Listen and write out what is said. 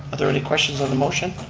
are there any questions on the motion?